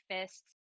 fists